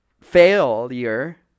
failure